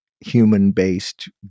human-based